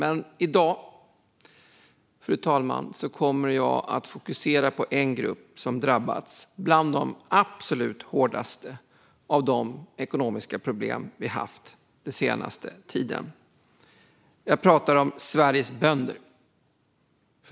Men i dag, fru talman, kommer jag att fokusera på en grupp bland de som drabbats absolut hårdast av de ekonomiska problem vi haft den senaste tiden. Jag pratar om Sveriges bönder.